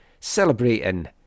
Celebrating